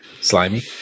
slimy